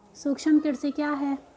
सूक्ष्म कृषि क्या है?